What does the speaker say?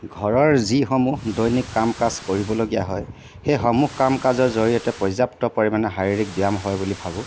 ঘৰৰ যিসমূহ দৈনিক কাম কাজ কৰিবলগীয়া হয় সেইসমূহ কাম কাজৰ জৰিয়তে পৰ্যাপ্ত পৰিমাণে শাৰীৰিক ব্যায়াম হয় বুলি ভাবোঁ